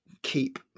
Keep